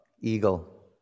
eagle